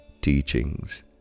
teachings